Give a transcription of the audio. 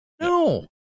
No